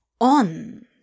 on